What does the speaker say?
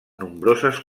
nombroses